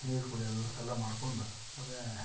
ನೀರು ಕುಡಿಯೋದು ಎಲ್ಲ ಮಾಡಿಕೊಂಡು ಮತ್ತೆ